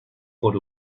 por